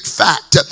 fact